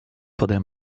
pode